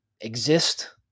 exist